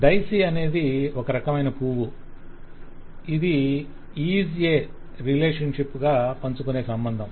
daisy అనేది ఒక రకమైన పువ్వు ఇది IS A రిలేషన్షిప్ గా పంచుకునే సంబంధం